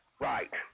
Right